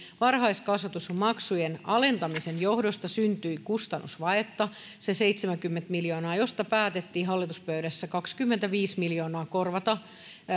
varhaiskasvatusmaksujen alentamisen johdosta syntyi kustannusvajetta se seitsemänkymmentä miljoonaa josta päätettiin hallituspöydässä kaksikymmentäviisi miljoonaa korvata